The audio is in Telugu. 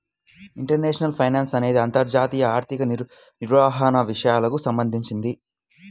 ఇంటర్నేషనల్ ఫైనాన్స్ అనేది అంతర్జాతీయ ఆర్థిక నిర్వహణ విషయాలకు సంబంధించింది